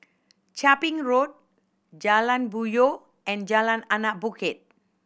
Chia Ping Road Jalan Puyoh and Jalan Anak Bukit